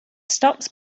stops